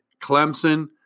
Clemson